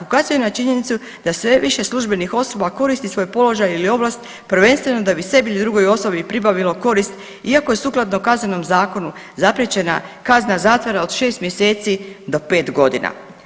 Ukazuje na činjenicu da sve više službenih osoba koristi svoj položaj ili ovlast prvenstveno da bi sebi ili drugoj osobi pribavilo korist iako je sukladno Kaznenom zakonu zapriječena kazna zatvora od 6 mjeseci do 5.g.